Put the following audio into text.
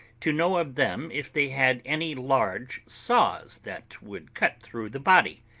to know of them if they had any large saws that would cut through the body